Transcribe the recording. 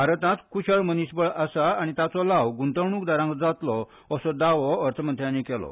भारतांत कुशळ मनीसबळ आसा आनी ताचो लाव गुंतवणूकदारांक जातलो असो दावो अर्थ मंत्र्यानी केलो